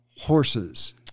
horses